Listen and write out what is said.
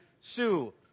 Sue